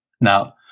Now